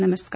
नमस्कार